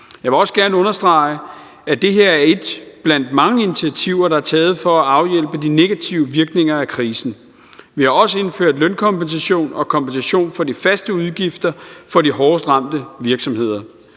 Jeg vil også gerne understrege, at det her er et blandt mange initiativer, der er taget for at afhjælpe de negative virkninger af krisen. Vi har også indført lønkompensation og kompensation for de faste udgifter for de hårdest ramte virksomheder.